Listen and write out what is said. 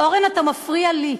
אורן, אתה מפריע לי.